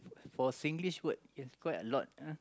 for Singlish word it is quite a lot ah